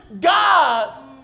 gods